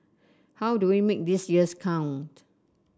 how do we make these years count